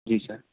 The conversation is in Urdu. جی سر